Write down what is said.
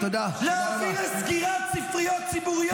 להביא לסגירת ספריות ציבוריות?